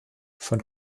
von